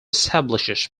establishes